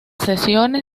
sesiones